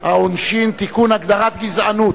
העונשין (תיקון, הגדרת גזענות).